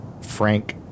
Frank